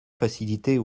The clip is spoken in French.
faciliter